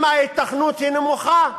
אם ההיתכנות היא נמוכה,